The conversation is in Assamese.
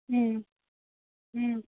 ও